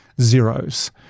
zeros